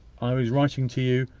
i was writing to you.